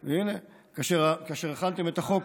נכון, כאשר הכנתם את החוק